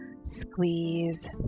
Squeeze